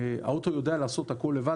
האוטו יודע לעשות הכול לבד,